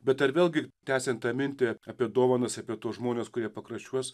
bet ar vėlgi tęsiant tą mintį apie dovanas apie tuos žmones kurie pakraščiuos